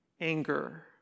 anger